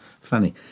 Funny